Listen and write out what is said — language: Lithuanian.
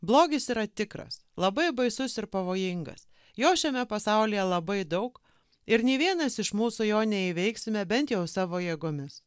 blogis yra tikras labai baisus ir pavojingas jo šiame pasaulyje labai daug ir nei vienas iš mūsų jo neįveiksime bent jau savo jėgomis